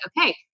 okay